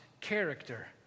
character